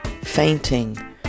fainting